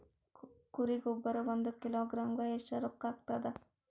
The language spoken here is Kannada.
ಕುರಿ ಗೊಬ್ಬರ ಒಂದು ಕಿಲೋಗ್ರಾಂ ಗ ಎಷ್ಟ ರೂಕ್ಕಾಗ್ತದ?